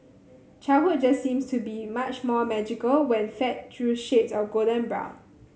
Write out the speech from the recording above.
childhood just seems to be much more magical when fed through shades of golden brown